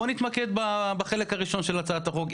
בוא נתמקד בחלק הראשון של הצעת החוק.